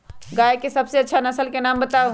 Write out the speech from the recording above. गाय के सबसे अच्छा नसल के नाम बताऊ?